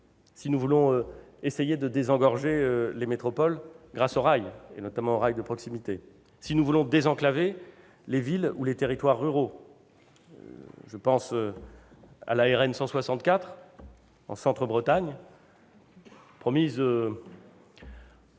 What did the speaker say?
si nous voulons essayer de désengorger les métropoles grâce au rail, notamment grâce au rail de proximité, si nous voulons désenclaver les villes ou les territoires ruraux. Je pense à la RN 164, en centre Bretagne, promise